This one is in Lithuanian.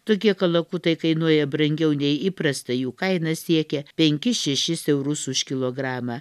tokie kalakutai kainuoja brangiau nei įprasta jų kaina siekia penkis šešis eurus už kilogramą